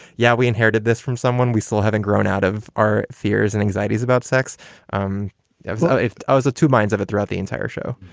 yeah, we inherited this from someone. we still haven't grown out of our fears and anxieties about sex um so if i was a two minds of throughout the entire show,